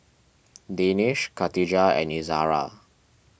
Danish Khatijah and Izara